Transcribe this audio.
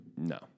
No